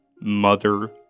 Mother